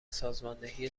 سازماندهی